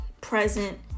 present